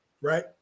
right